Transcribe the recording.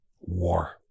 war